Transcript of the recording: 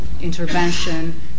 intervention